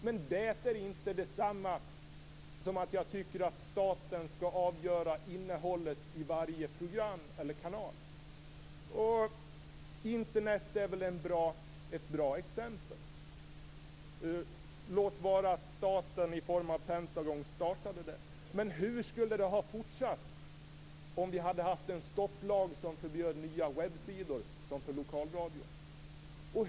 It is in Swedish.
Men det är inte detsamma som att jag tycker att staten skall avgöra innehållet i varje program eller kanal. Internet är ett bra exempel, låt vara att staten i form av Pentagon startade det. Men hur skulle det ha fortsatt om vi hade haft en stopplag som förbjöd nya webbsidor, som för lokalradion?